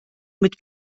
mit